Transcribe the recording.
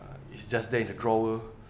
uh it's just there in the drawer